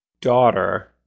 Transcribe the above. daughter